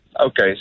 okay